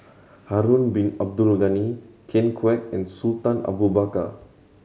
Harun Bin Abdul Ghani Ken Kwek and Sultan Abu Bakar